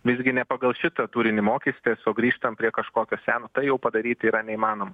visgi ne pagal šitą tūrinį mokysitės o grįžtam prie kažkokio seno tai jau padaryti yra neįmanoma